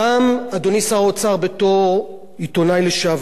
בתור עיתונאי לשעבר והיום חבר הכנסת,